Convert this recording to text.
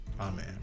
Amen